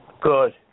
Good